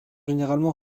généralement